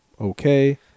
Okay